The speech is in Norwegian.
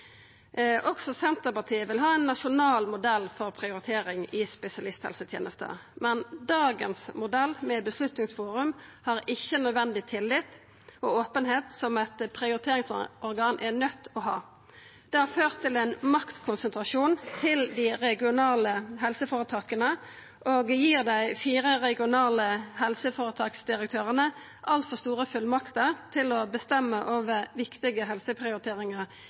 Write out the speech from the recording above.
Også Senterpartiet vil ha ein nasjonal modell for prioritering i spesialisthelsetenesta, men dagens modell, med Beslutningsforum, har ikkje nødvendig tillit og openheit slik eit prioriteringsorgan er nøydt til å ha. Det har ført til ein maktkonsentrasjon til dei regionale helseføretaka og gir dei fire regionale helseføretaksdirektørane altfor store fullmakter til å bestemma over viktige helseprioriteringar